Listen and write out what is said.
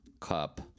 Cup